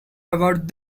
about